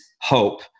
hope